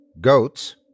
Goats